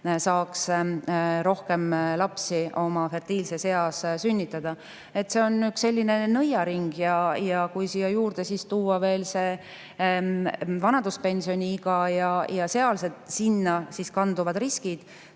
saaks rohkem lapsi oma fertiilses eas sünnitada. See on üks selline nõiaring. Ja kui siia juurde tuua veel vanaduspensioniiga ja sinna kanduvad riskid,